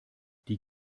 die